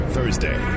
Thursday